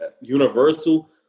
Universal